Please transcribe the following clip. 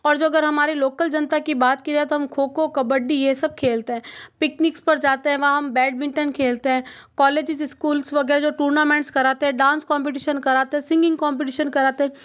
और जो अगर हमारे लोकल जनता की बात किया तो हम खो खो कबड्डी यह सब खेलते हैं पिकनिक पर जाते हैं वहाँ हम बैडमिंटन खेलते हैं कॉलेज स्कूल्स वगैरह जो टूर्नामेंट कराते हैं डांस कम्पटीशन कराते हैं सिंगिंग कम्पटीशन कराते हैं